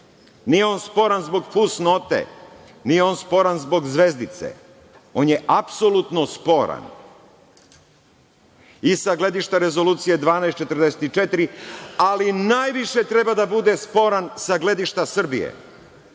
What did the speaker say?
Nije on sporan zbog fusnote, nije on sporan zbog zvezdice. On je apsolutno sporan i sa gledišta Rezolucije 1244, ali najviše treba da bude sporan sa gledišta Srbije,